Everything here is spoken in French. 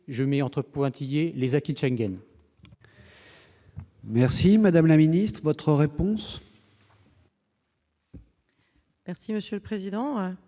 je mets entre pointillés les acquitte Schengen. Merci madame la ministre, votre réponse. Merci monsieur le président,